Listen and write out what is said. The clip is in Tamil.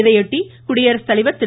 இதையொட்டி குடியரசுத்தலைவர் திரு